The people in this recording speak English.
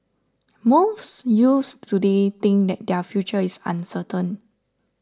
most youths today think that their future is uncertain